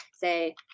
say